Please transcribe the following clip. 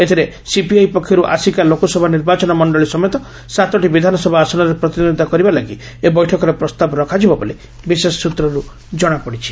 ଏଥିରେ ସିପିଆଇ ପକ୍ଷରୁ ଆସିକା ଲୋକସଭା ନିର୍ବାଚନ ମଣ୍ଡଳୀ ସମେତ ସାତଟି ବିଧାନସଭା ଆସନରେ ପ୍ରତିଦ୍ୱନ୍ଦିତା କରିବା ଲାଗି ଏହି ବୈଠକରେ ପ୍ରସ୍ତାବ ରଖାଯିବ ବୋଲି ବିଶେଷ ସ୍ତ୍ରରୁ ଜଣାପଡ଼ିଛି